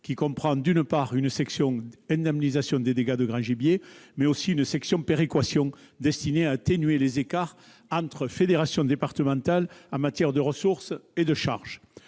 qui comprend, d'une part, une section d'indemnisation des dégâts de grand gibier et, d'autre part, une section de péréquation, destinée à atténuer les écarts entre fédérations départementales en matière de ressources et de charges.